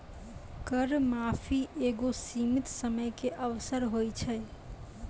कर माफी एगो सीमित समय के अवसर होय छै